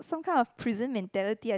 some kind of prison mentality I